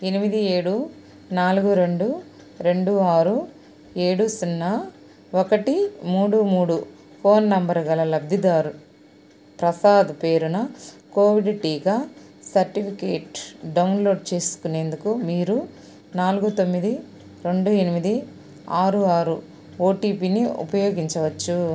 ఎనిమిది ఏడు నాలుగు రెండు రెండు ఆరు ఏడు సున్నా ఒకటి మూడు మూడు ఫోన్ నంబర్ గల లబ్ధిదారు ప్రసాద్ పేరును కోవిడ్ టీకా సర్టిఫికేట్ డౌన్లోడ్ చేసుకునేందుకు మీరు నాలుగు తొమ్మిది రెండు ఎనిమిది ఆరు ఆరు ఓటీపీని ఉపయోగించవచ్చు